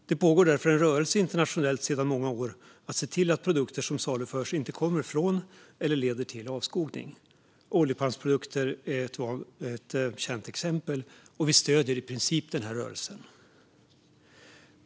Det pågår därför en rörelse internationellt sedan många år för att se till att produkter som saluförs inte kommer från eller leder till avskogning. Oljepalmsprodukter är ett känt exempel. Vi stöder i princip den rörelsen.